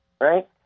right